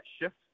shift